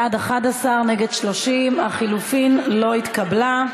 בעד, 11, נגד, 30. ההסתייגות לחלופין לא התקבלה.